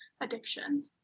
addiction